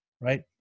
right